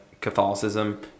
Catholicism